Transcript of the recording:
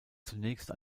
zunächst